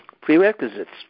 prerequisites